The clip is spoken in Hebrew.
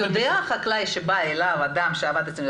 החקלאי שבא אליו אדם שעבד אצל חקלאי אחר,